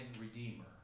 redeemer